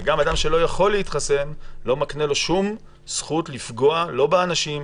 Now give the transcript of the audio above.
וגם אדם שלא יכול להתחסן לא מקנה לו שום זכות לפגוע לא באנשים,